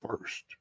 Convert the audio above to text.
first